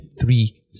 three